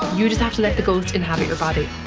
you just have to let the ghost inhabit your body.